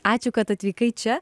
ačiū kad atvykai čia